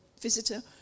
visitor